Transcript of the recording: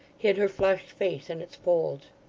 hid her flushed face in its folds.